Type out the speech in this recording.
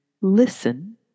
listen